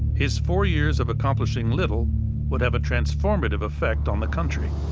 his four years of accomplishing little would have a transformative effect on the country.